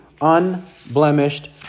unblemished